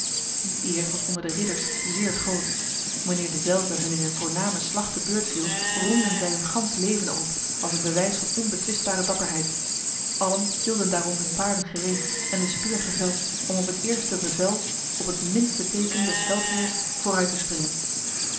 die eer was onder de ridders zeer groot wanneer dezelve hun in een voorname slag te beurt viel roemden zij hun gans leven erop als een bewijs van onbetwistbare dapperheid allen hielden daarom hun paarden gereed en de speer geveld om op het eerste bevel op het minste teken des veldheers vooruit te springen